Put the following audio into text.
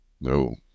No